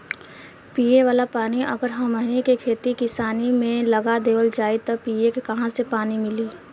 पिए वाला पानी अगर हमनी के खेती किसानी मे लगा देवल जाई त पिए के काहा से पानी मीली